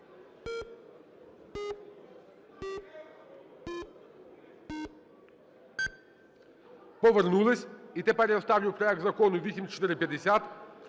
Повернулись. Тепер я ставлю проект Закону 8519